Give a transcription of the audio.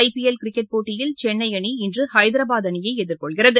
IPL cricket போட்டியில் சென்னை அணி இன்று ஐதராபாத் அணியை எதிர்கொள்கிறது